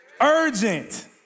urgent